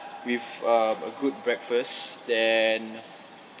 with uh a good breakfast then